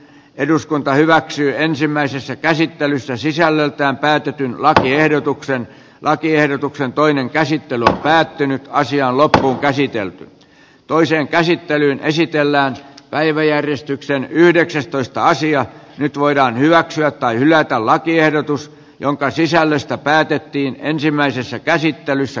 eduskunta hyväksyy ensimmäisessä käsittelyssä sisällöltään päätetyn lakiehdotuksen lakiehdotuksen toinen käsittely on päättynyt asian loppuun käsitelty toiseen käsittelyyn esitellään päiväjärjestyksen yhdeksäs toista asia nyt voidaan hyväksyä tai hylätä lakiehdotus jonka sisällöstä päätettiin ensimmäisessä käsittelyssä